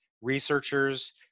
researchers